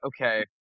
okay